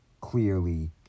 clearly